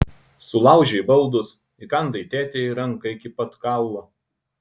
sulaužei baldus įkandai tėtei į ranką iki pat kaulo